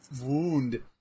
wound